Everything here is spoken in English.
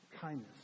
kindness